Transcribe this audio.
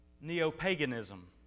neo-paganism